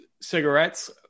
cigarettes